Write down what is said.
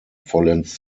vollends